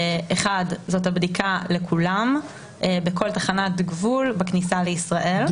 האחד, בדיקה לכולם בכל תחנת גבול בכניסה לישראל.